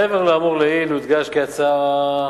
מעבר לאמור לעיל יודגש כי ההצעה,